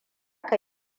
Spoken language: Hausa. ka